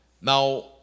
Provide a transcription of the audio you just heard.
Now